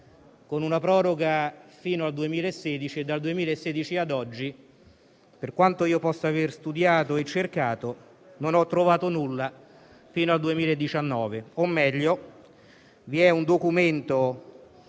con una proroga fino al 2016; e dal 2016 ad oggi, per quanto io possa aver studiato e cercato, non ho trovato nulla fino al 2019. O meglio, vi è una bozza